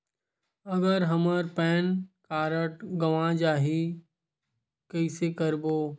अगर हमर pan card गवां जाही कइसे करबो?